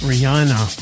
Rihanna